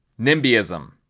NIMBYism